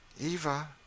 Eva